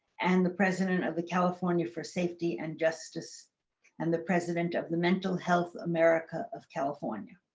and the president of the california for safety and justice and the president of the mental health america of california.